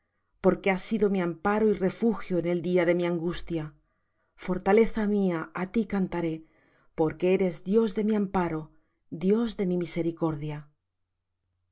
porque has sido mi amparo y refugio en el día de mi angustia fortaleza mía á ti cantaré porque eres dios de mi amparo dios de mi misericordia